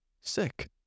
sick